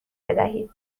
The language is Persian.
بدهید